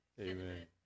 Amen